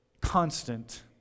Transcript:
constant